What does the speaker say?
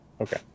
Okay